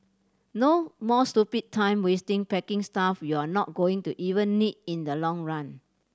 no more stupid time wasting packing stuff you're not going to even need in the long run